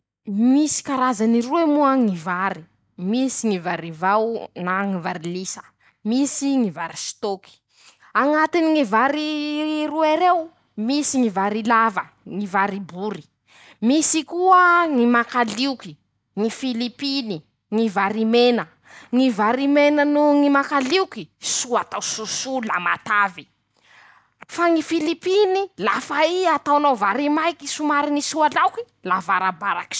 Misy karazany roe moa ñy vary: -Misy ñy vary vao na ñy vary lisa. misy ñy vary stôky. añatiny ñy vary roe reo. misy ñy vary lava. ñy vary bory ;misy koa ñy makalioky. ñy filipiny. ñy vary mena ;ñy vary mena noho ñy makalioky soa atao soso la matavy ;fa ñy filipiny. lafa i ataonao vary maiky somary nisoa laoky la varabaraky soa.